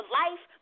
life